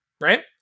right